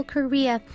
Korea